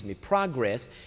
Progress